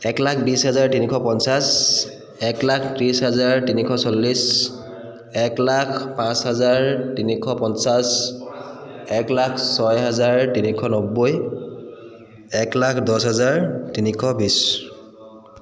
এক লাখ বিছ হাজাৰ তিনিশ পঞ্চাছ এক লাখ ত্ৰিছ হাজাৰ তিনিশ চল্লিছ এক লাখ পাঁচ হাজাৰ তিনিশ পঞ্চাছ এক লাখ ছয় হাজাৰ তিনিশ নব্বৈ এক লাখ দছ হাজাৰ তিনিশ বিছ